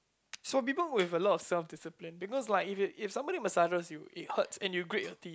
so people with a lot of self discipline because like if if someone massages you it hurts and you grit your teeth